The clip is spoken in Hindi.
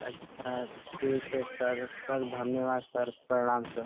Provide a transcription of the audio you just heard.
अच्छा ठीक है सर सर धन्यवाद सर प्रणाम सर